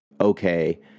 okay